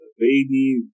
Baby